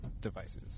devices